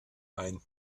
ein